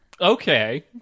okay